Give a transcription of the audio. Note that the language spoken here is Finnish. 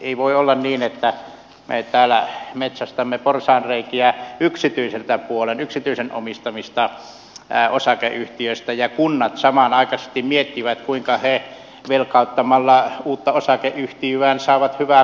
ei voi olla niin että me täällä metsästämme porsaanreikiä yksityiseltä puolelta yksityisessä omistuksessa olevista osakeyhtiöstä ja kunnat samanaikaisesti miettivät kuinka ne velkauttamalla uutta osakeyhtiötään saavat hyvää korkoa sieltä